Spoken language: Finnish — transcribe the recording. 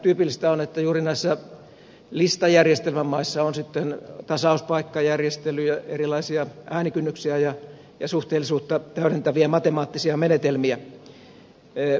tyypillistähän on että juuri näissä listajärjestelmän maissa on sitten tasauspaikkajärjestelyjä erilaisia äänikynnyksiä ja suhteellisuutta täydentäviä matemaattisia menetelmiä